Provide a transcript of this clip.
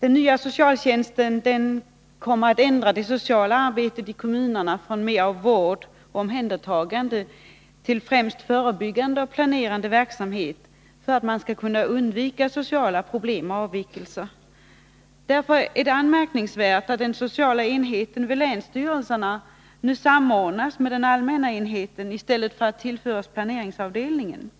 Den nya socialtjänsten kommer att förändra det sociala arbetet i kommunerna, från att mer ha omfattat vård och omhändertagande till att främst avse förebyggande och planerande verksamhet för att sociala problem och avvikelser skall kunna undvikas. Därför är det anmärkningsvärt att den sociala enheten vid länsstyrelserna nu samordnas med den allmänna enheten i stället för att tillföras planeringsavdelningen.